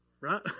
right